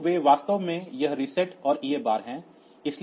तो वे वास्तव में यह RST और EA बार हैं